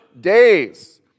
days